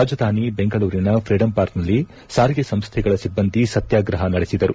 ರಾಜಧಾನಿ ಬೆಂಗಳೂರಿನ ಫ್ರೀದಂ ಪಾರ್ಕ್ನಲ್ಲಿ ಸಾರಿಗೆ ಸಂಸ್ಠೆಗಳ ಸಿಬ್ಬಂದಿ ಸತ್ಯಾಗ್ರಹ ನಡೆಸಿದರು